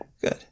Good